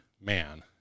Man